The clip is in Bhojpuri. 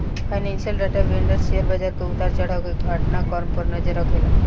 फाइनेंशियल डाटा वेंडर शेयर बाजार के उतार चढ़ाव के घटना क्रम पर नजर रखेला